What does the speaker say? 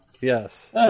yes